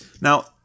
Now